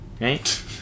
right